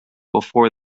before